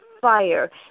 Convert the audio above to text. fire